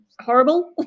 horrible